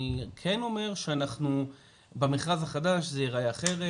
אני כן אומר שבמכרז החדש זה ייראה אחרת.